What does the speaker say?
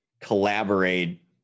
collaborate